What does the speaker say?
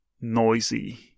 noisy